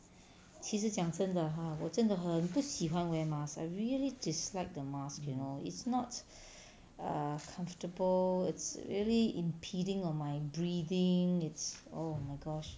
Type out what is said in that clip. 其实讲真的 hor 我真的很不喜欢 wear mask I really dislike the mask you know it's not err comfortable it's really impeding err my breathing it's oh my gosh